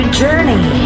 journey